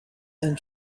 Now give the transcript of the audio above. and